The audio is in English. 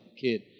kid